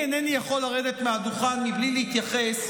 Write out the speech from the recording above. מהדוכן בלי להתייחס,